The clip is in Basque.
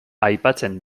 aipatzen